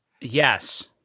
Yes